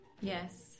Yes